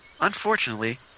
Unfortunately